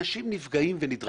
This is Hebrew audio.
אנשים נפגעים ונדרסים בדרך.